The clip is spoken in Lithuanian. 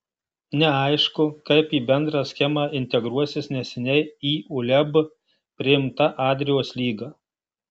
neaišku kaip į bendrą schemą integruosis neseniai į uleb priimta adrijos lyga